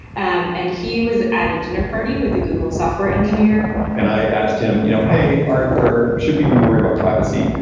and and he was at a dinner party with the google software engineer and i asked him, you know, hey, art, or should we be worried about privacy?